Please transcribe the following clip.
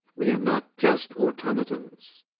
we are not just automatons.